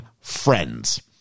friends